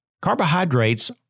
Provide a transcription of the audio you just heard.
Carbohydrates